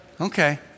Okay